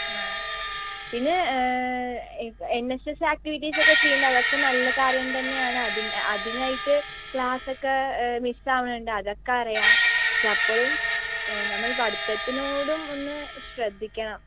ആ പിന്നെ എ എൻ എസ് എസ് ആക്ടിവിറ്റീസൊക്കെ ചെയ്യുന്ന് അതൊക്കെ നല്ലകാര്യം തന്നെയാണ് അതിന അതിനായിട്ട് ക്ലാസ്സൊക്കെ മിസ്സ് ആവണൊണ്ട് അതൊക്കെ അറിയാം പക്ഷെ അപ്പളും നമ്മൾ പഠിത്തത്തിനോടും ഒന്ന് ശ്രദ്ധിക്കണം